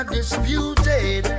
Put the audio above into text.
disputed